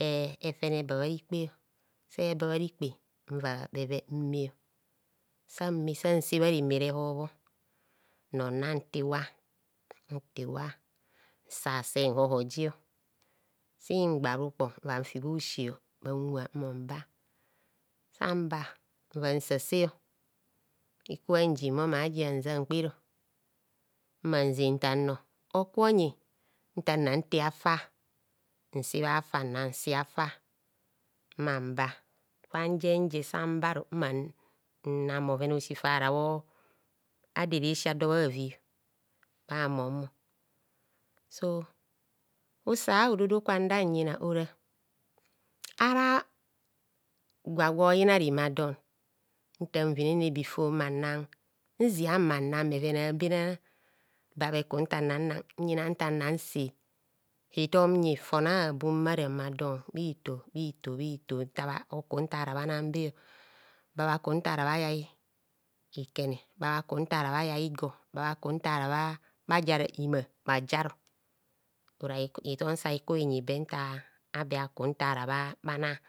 E efene eba bharikpe se ba bharikpe nva bheven mme san mme san se bhareme rehorbho nmo nnamtoiwa ntor iwa nsase nhohojio singba rukpon nvanfi bhusi bhanwa nhumo nba san ba nva nsase ikubha njinmo ma ji hajankpev mmanze nta nnọ hoku onyi ntannan te hafa nse bhafa nnan si hafa mmanba bhanjenje san baru mmanan bhoven a'osi farabho ado eresi ado bhavi bhamom. So husa hududu kwa ndan yina ora ara gwa gwoyina reme adon ntan vinene bifo mana nzia mmana bheven abenana ba bheku ntanana nyina nta nan se hitom nyi fon abum bharema don nse bhito, bhito, bhito. bhito, ntoku nta rabhanambe babhaku nta rabha yai ikene, babhaku ntarabha yai igor, babhaku ntara bhaja imar bhajaro ora hitom sa hiku inyi be init abebhaku ntara bhaana